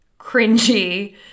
cringy